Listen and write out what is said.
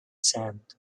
sand